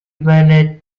venigis